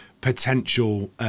potential